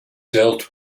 dealt